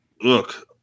look